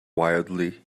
wildly